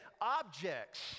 objects